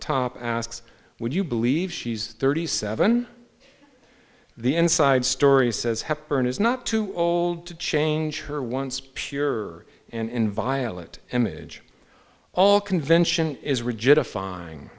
top asks would you believe she's thirty seven the inside story says hepburn is not too old to change her once pure and inviolate image all convention is rigid a fine